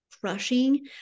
crushing